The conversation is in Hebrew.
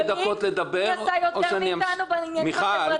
מי עשה יותר מאתנו בעניינים החברתיים?